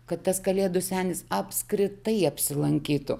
kad tas kalėdų senis apskritai apsilankytų